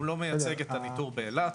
הוא לא מייצג את הניטור באילת.